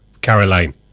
Caroline